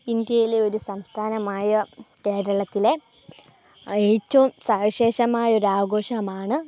ഇന്ത്യയിലെ ഒരു സംസ്ഥാനമായ കേരളത്തിലെ ഏറ്റവും സവിശേഷമായൊരാഘോഷമാണ്